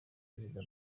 perezida